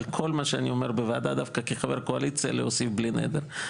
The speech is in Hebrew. על כל מה שאני אומר בוועדה דווקא כחבר קואליציה להוסיף בלי נדר,